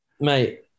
Mate